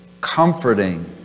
comforting